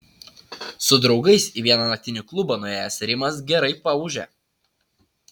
su draugais į vieną naktinį klubą nuėjęs rimas gerai paūžė